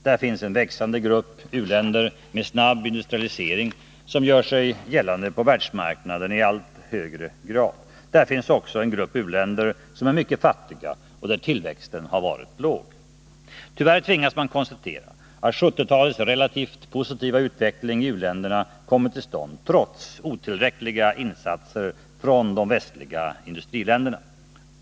Där finns en växande grupp u-länder med snabb industrialisering som gör sig gällande på världsmarknadeni allt högre grad. Där finns också en grupp u-länder som är mycket fattiga och där tillväxten har varit låg. Tyvärr tvingas man konstatera att 1970-talets relativt positiva utveckling i u-länderna kommit till stånd trots otillräckliga insatser från de västliga industriländerna.